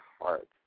heart